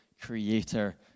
creator